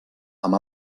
amb